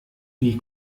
die